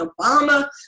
Obama